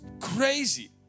crazy